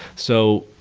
so,